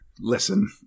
Listen